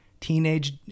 teenage